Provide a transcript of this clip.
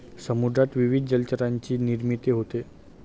समुद्रात विविध जलचरांची निर्मिती होते